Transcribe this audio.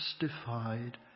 justified